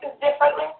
differently